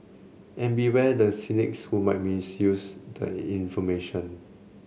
and beware the cynics who might misuse the information